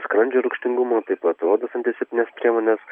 skrandžio rūgštingumo taip pat odos antiseptines priemones